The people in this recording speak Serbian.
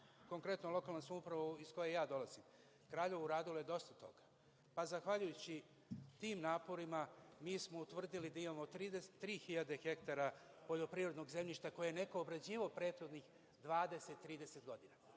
konkretno lokalna samouprava iz koje ja dolazim, Kraljevo, uradila je dosta toga, pa zahvaljujući tim naporima, mi smo utvrdili da imamo tri hiljade hektara poljoprivrednog zemljišta koje je neko obrađivao prethodnih 20-30 godina.